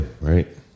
right